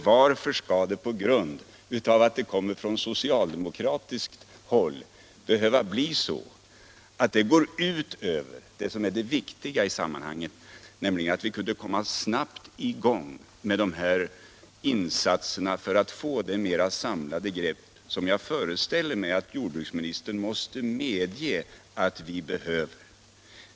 Varför skall det, på grund av att förslaget kommer från socialdemokratiskt håll, behöva bli så att vi inte uppnår det som är det viktiga i sammanhanget, nämligen att vi snabbt kommer i gång med insatserna för att få det mera samlade grepp som jag föreställer mig att jordbruksministern måste medge att vi behöver?